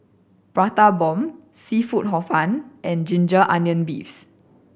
Prata Bomb seafood Hor Fun and ginger onion beef